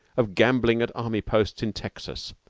of gambling at army posts in texas,